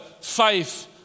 faith